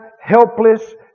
helpless